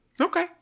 Okay